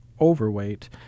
overweight